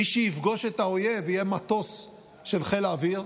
מי שיפגוש את האויב יהיה מטוס של חיל האוויר,